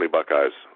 Buckeyes